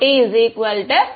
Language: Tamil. மாறுகிறது